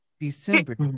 december